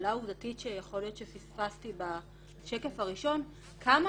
שאלה עובדתית שיכול להיות שפספספתי בשקף הראשון כמה